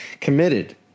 committed